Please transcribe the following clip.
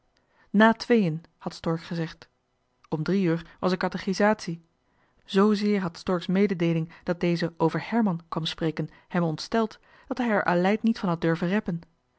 tweeën had stork gezegd om drie uur was er katechisatie zzeer had stork's mededeeling dat deze over herman kwam spreken hem ontsteld dat hij er aleid niet van had durven reppen